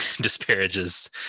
disparages